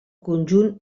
conjunt